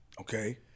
okay